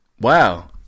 Wow